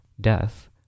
death